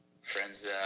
friends